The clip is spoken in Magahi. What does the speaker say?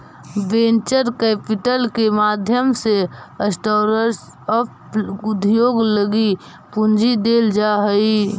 वेंचर कैपिटल के माध्यम से स्टार्टअप उद्योग लगी पूंजी देल जा हई